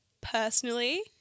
personally